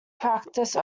practice